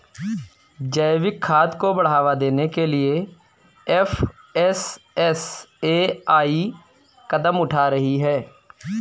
जैविक खाद को बढ़ावा देने के लिए एफ.एस.एस.ए.आई कदम उठा रही है